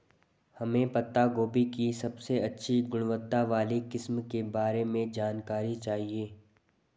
हमें पत्ता गोभी की सबसे अच्छी गुणवत्ता वाली किस्म के बारे में जानकारी चाहिए?